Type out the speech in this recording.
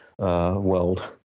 world